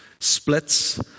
Splits